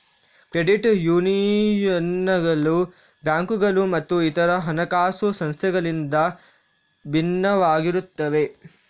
credit ಯೂನಿಯನ್ಗಳು ಬ್ಯಾಂಕುಗಳು ಮತ್ತು ಇತರ ಹಣಕಾಸು ಸಂಸ್ಥೆಗಳಿಂದ ಭಿನ್ನವಾಗಿರುತ್ತವೆ